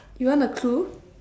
you want a clue